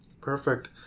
Perfect